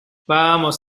vamos